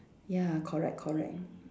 ya correct correct